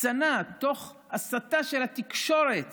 הקצנה תוך הסתה של התקשורת